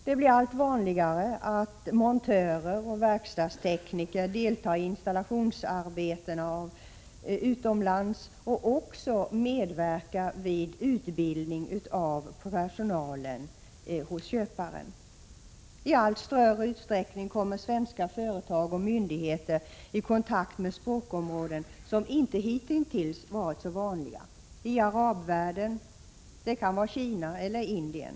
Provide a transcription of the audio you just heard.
Det blir allt vanligare att montörer och verkstadstekniker deltar i installationsarbetena utomlands och också medverkar vid utbildning av personalen hos köparen. I allt större utsträckning kommer svenska företag och myndigheter i kontakt med språkområden som hitintills inte varit så vanliga — i arabvärlden, i Kina eller i Indien.